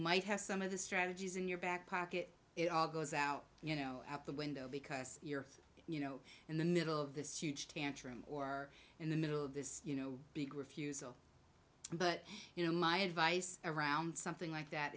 might have some of the strategies in your back pocket it all goes out the window because you're you know in the middle of this huge tantrum or in the middle of this big refusal but you know my advice around something like that